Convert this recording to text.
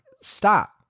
Stop